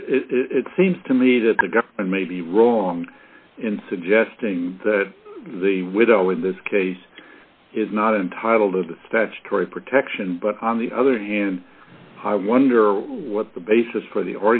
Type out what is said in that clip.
but it seems to me that the government may be wrong in suggesting that the widow in this case is not entitled to the statutory protection but on the other hand i wonder what the basis for the